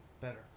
better